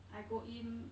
I go in